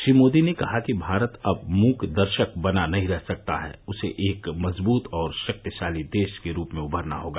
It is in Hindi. श्री मोदी ने कहा कि भारत अब मूक दर्शक बना नहीं रह सकता है उसे एक मजबूत और शक्तिशाली देश के रूप में उभरना होगा